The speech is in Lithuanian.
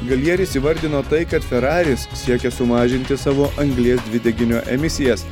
galjeris įvardino tai kad feraris siekia sumažinti savo anglies dvideginio emisijas